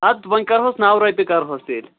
اَدٕ وۄنۍ کَرہوس نَو رۄپیہِ کَرہوس تیٚلہِ